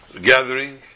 gathering